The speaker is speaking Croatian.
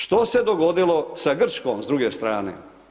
Što se dogodilo sa Grčkom s druge strane?